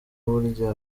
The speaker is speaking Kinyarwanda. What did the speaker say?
burya